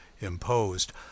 imposed